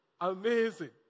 Amazing